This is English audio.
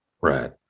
Right